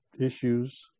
Issues